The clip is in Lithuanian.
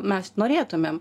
mes norėtumėm